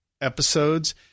episodes